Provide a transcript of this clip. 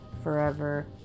forever